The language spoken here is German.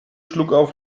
schluckauf